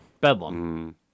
Bedlam